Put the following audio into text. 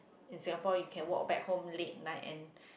in Singapore you can walk back home late night and